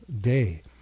day